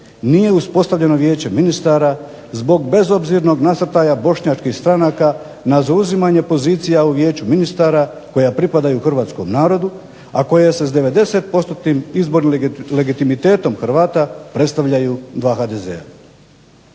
nije uspostavljeno Vijeće ministara zbog bezobzirnog nasrtaja bošnjačkih stranaka na zauzimanje pozicija u Vijeću ministara koja pripadaju hrvatskom narodu, a koja se s 90%-nim izbornim legitimitetom Hrvata predstavljaju dva HDZ-a.